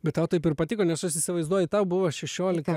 bet tau taip ir patiko nes aš įsivaizduoju tau buvo šešiolika